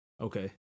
Okay